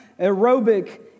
aerobic